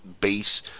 base